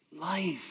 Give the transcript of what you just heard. life